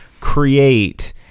create